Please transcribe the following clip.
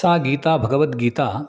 सा गीता भगवद्गीता